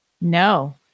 No